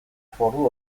foru